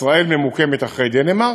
ישראל ממוקמת אחרי דנמרק,